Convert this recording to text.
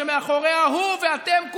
שמאחוריה הוא ואתם,